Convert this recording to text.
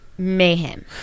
mayhem